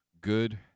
good